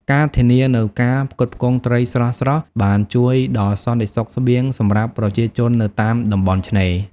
ការធានានូវការផ្គត់ផ្គង់ត្រីស្រស់ៗបានជួយដល់សន្តិសុខស្បៀងសម្រាប់ប្រជាជននៅតាមតំបន់ឆ្នេរ។